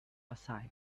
aside